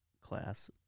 class